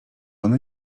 ona